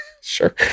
Sure